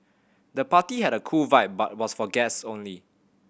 the party had a cool vibe but was for guests only